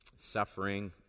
suffering